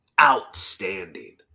outstanding